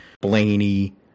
Blaney